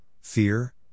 fear